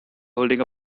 holding